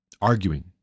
arguing